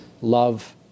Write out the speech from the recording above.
love